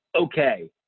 okay